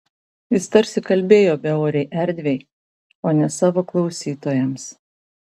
jis tarsi kalbėjo beorei erdvei o ne savo klausytojams